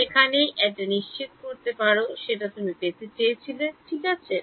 তুমি এখানে এটা নিশ্চিত করতে পারো সেটা তুমি পেতে চেয়েছিলে ঠিক আছে